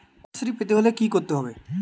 কন্যাশ্রী পেতে হলে কি করতে হবে?